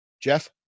Jeff